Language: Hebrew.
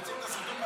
בצד השני.